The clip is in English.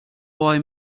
boy